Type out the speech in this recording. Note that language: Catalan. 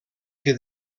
que